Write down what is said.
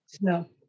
No